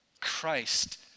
Christ